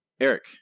Eric